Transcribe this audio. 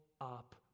up